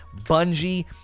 Bungie